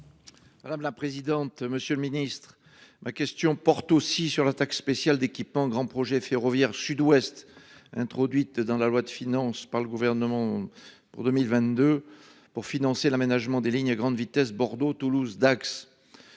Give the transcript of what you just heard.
Madame la présidente, monsieur le ministre ma question porte aussi sur la taxe spéciale d'équipement grand projet ferroviaire Sud-Ouest introduite dans la loi de finances par le gouvernement. Pour 2022, pour financer l'aménagement des lignes à grande vitesse Bordeaux Toulouse Dax.